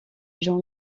jean